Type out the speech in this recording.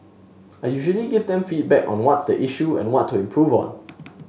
I usually give them feedback on what's the issue and what to improve on